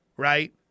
Right